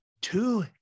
two